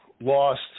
lost